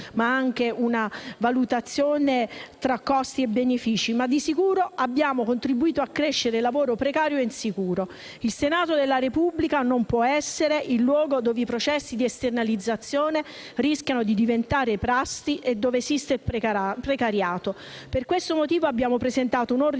ma anche una valutazione tra costi e benefici - ma di sicuro abbiamo contribuito ad accrescere il lavoro precario ed insicuro. Il Senato della Repubblica non può essere il luogo dove i processi di esternalizzazione rischiano di diventare prassi o dove persiste il precariato. Per questo motivo abbiamo presentato un ordine